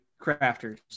crafters